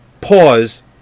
pause